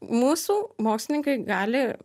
mūsų mokslininkai gali